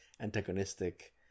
antagonistic